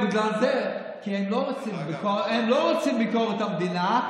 ובגלל זה כי הם לא רוצים ביקורת המדינה,